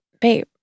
babe